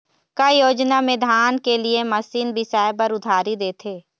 का योजना मे धान के लिए मशीन बिसाए बर उधारी देथे?